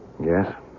Yes